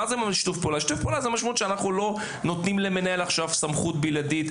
שיתוף פעולה משמעותו היא שלא נותנים למנהל סמכות בלעדית,